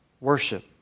worship